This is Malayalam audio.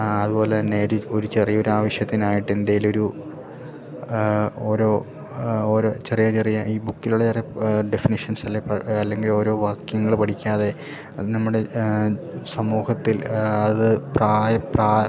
ആ അതു പോലെ തന്നെ ഒരു ഒരു ചെറിയൊരാവശ്യത്തിനായിട്ട് എന്തെങ്കിലൊരു ഓരോ ഓരോ ചെറിയ ചെറിയ ഈ ബുക്കിലുള്ള ചെറിയ ഡെഫിനിഷൻസിലിപ്പോൾ അല്ലെങ്കിലോരോ വാക്യങ്ങൾ പഠിക്കാതെ അത് നമ്മുടെ സമൂഹത്തിൽ അത് പ്രായ പ്രാ